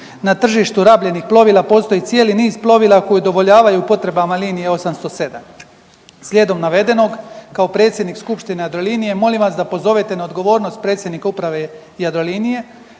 Na tržištu rabljenih plovila postoji cijeli niz plovila koji udovoljavaju potrebama linije 807. Slijedom navedenog kao predsjednik skupštine Jadrolinije molim vas da pozovete na odgovornost predsjednika Uprave Jadrolinije